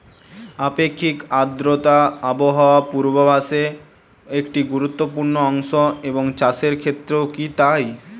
আপেক্ষিক আর্দ্রতা আবহাওয়া পূর্বভাসে একটি গুরুত্বপূর্ণ অংশ এবং চাষের ক্ষেত্রেও কি তাই?